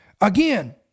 Again